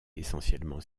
essentiellement